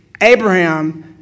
Abraham